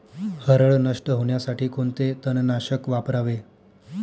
हरळ नष्ट होण्यासाठी कोणते तणनाशक वापरावे?